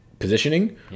positioning